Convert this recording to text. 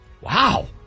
Wow